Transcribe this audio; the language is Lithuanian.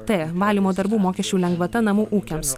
t valymo darbų mokesčių lengvata namų ūkiams